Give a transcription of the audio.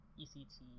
ECT